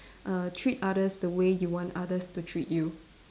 err treat others the way you want others to treat you